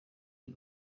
uyu